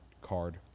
card